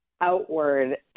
outward